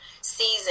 season